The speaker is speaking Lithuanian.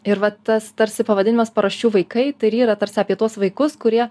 ir va tas tarsi pavadinimas paraščių vaikai tai yra tarsi apie tuos vaikus kurie